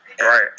Right